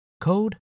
code